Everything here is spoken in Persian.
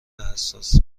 حساس